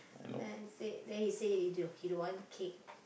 then I said then he say he d~ he don't want cake